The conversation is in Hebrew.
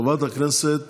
חברת הכנסת